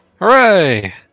Hooray